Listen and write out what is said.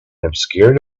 obscured